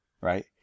right